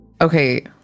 Okay